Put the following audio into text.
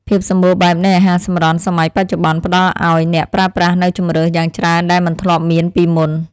ភាពសម្បូរបែបនៃអាហារសម្រន់សម័យបច្ចុប្បន្នផ្តល់ឱ្យអ្នកប្រើប្រាស់នូវជម្រើសយ៉ាងច្រើនដែលមិនធ្លាប់មានពីមុន។